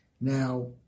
Now